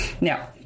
Now